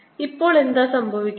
ഇപ്പോൾ എന്താണ് സംഭവിക്കുന്നത്